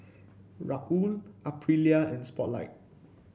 Raoul Aprilia and Spotlight